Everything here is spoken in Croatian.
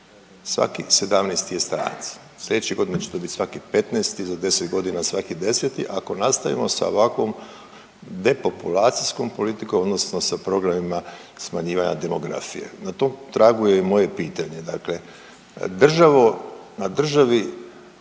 Svaki 17 je stranac, slijedeće godine će to biti svaki 15, za 10 godina svaki 10, ako nastavimo sa ovakvom depopulacijskom politikom odnosno sa problemima smanjivanja demografije. Na tom tragu je i moje pitanje, dakle državu, na državi,